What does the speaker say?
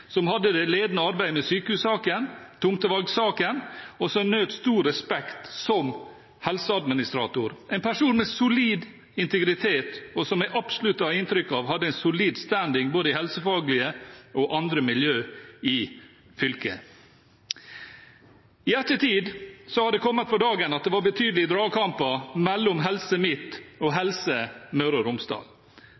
som hadde det ledende arbeidet med sykehussaken, tomtevalgsaken, og som nøt stor respekt som helseadministrator, en person med solid integritet og som jeg absolutt har inntrykk av hadde en solid «standing» i både helsefaglige og andre miljøer i fylket. I ettertid har det kommet for dagen at det var betydelige dragkamper mellom Helse Midt-Norge og Helse Møre og Romsdal,